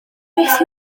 beth